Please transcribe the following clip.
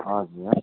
हजुर